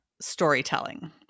storytelling